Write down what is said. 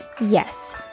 Yes